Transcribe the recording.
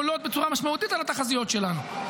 עולים בצורה משמעותית על התחזיות שלנו.